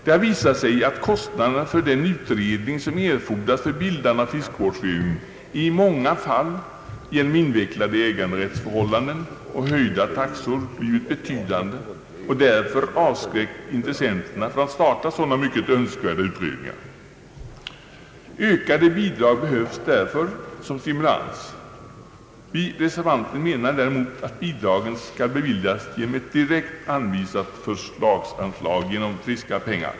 Det har visat sig att kostnaderna för den utredning som erfordras för bildande av fiskevårdsförening i många fall genom invecklade äganderättsförhållanden och höjda taxor blivit betydande och därför avskräckt intressenterna från att starta sådana mycket önskvärda utredningar. Ökade bidrag behövs därför som stimulans. Vi reservanter menar däremot att bidragen skall beviljas genom ett direkt anvisat förslagsanslag, genom friska pengar.